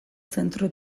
zentro